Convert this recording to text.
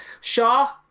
Shaw